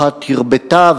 אחת הרבתה,